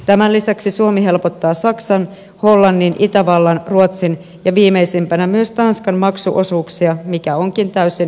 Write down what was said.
tämän lisäksi suomi helpottaa saksan hollannin itävallan ruotsin ja viimeisimpänä myös tanskan maksuosuuksia mikä onkin täysin käsittämätöntä